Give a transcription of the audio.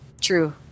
true